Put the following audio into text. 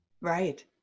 Right